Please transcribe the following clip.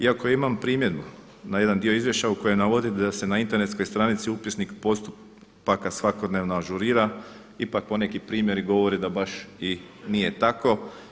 I ako imam primjedbu na jedan dio izvješća u kojem navodite da se na internetskoj stranici upisnik postupaka svakodnevno ažurira ipak poneki primjeri govore da baš i nije tako.